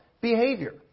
behavior